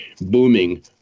booming